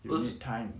the only time